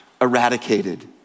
eradicated